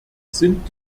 sind